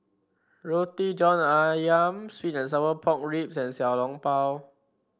Roti John ayam sweet and Sour Pork Ribs and Xiao Long Bao